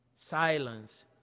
Silence